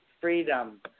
freedom